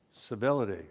civility